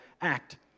act